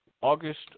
August